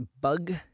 bug